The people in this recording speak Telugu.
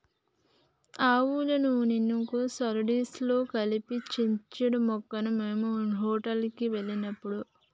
ఆవాల నూనెను సలాడ్స్ లో కలిపి ఇచ్చిండ్రు మొన్న మేము హోటల్ కి వెళ్ళినప్పుడు